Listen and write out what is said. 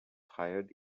hired